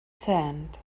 sand